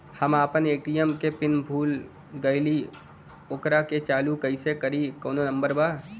हम अपना ए.टी.एम के पिन भूला गईली ओकरा के चालू कइसे करी कौनो नंबर बा?